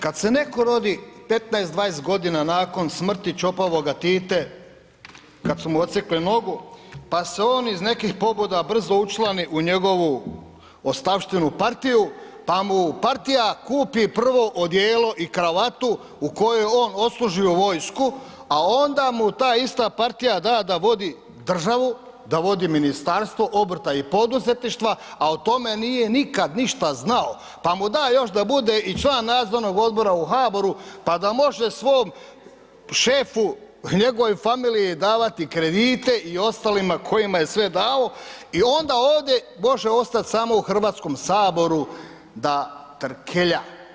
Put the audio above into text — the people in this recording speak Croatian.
Kad se netko rodi 15, 20 g. nakon smrti ćopavoga Tite kad su mu odsjekli nogu pa se on iz nekih pobuda brzo učlani u njegovu ostavštinu partiju pa mu partija kupi prvo odijelo i kravatu u kojoj on je odslužio vojsku a onda mu ta ista partija da da vodi državu, da vodi Ministarstvo obrta i poduzetništva a o tome nije nikad ništa znao pa mu da još da bude i član Nadzornog odbora u HBOR-u pa da može svom šefu i njegovoj familiji davati kredite i ostalima kojima je sve davao i onda ovdje može ostati samo u Hrvatskom saboru da trkelja.